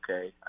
okay